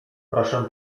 proszę